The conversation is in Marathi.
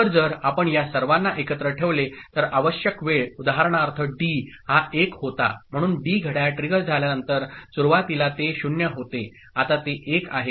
तर जर आपण या सर्वांना एकत्र ठेवले तर आवश्यक वेळ उदाहरणार्थ डी हा 1 होता म्हणून डी घड्याळ ट्रिगर झाल्यानंतर सुरुवातीला ते 0 होते आता ते 1 आहे